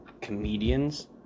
comedians